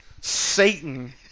Satan